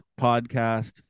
podcast